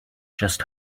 just